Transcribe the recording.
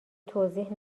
توضیح